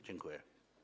Dziękuję.